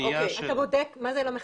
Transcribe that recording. הפנייה של --- מה זה לא מחפש?